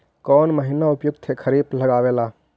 कौन महीना उपयुकत है खरिफ लगावे ला?